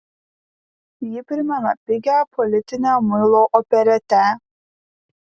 ji primena pigią politinę muilo operetę